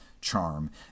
charm